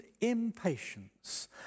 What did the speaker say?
impatience